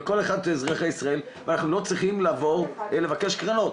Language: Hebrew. לכל אחד מאזרחי ישראל ואנחנו לא צריכים לבקש קרנות.